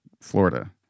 Florida